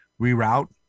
reroute